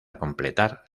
completar